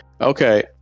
Okay